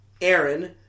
Aaron